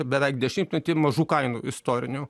beveik dešimtmetį mažų kainų istorinių